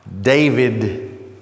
David